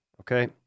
Okay